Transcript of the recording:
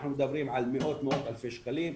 אנחנו מדברים על מאות מאות אלפי שקלים,